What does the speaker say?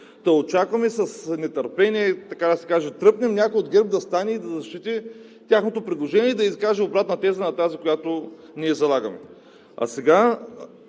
Та очакваме с нетърпение, така да се каже, тръпнем някой от ГЕРБ да стане и да защити тяхното предложение, да изкаже обратна теза на тази, която ние залагаме. А сега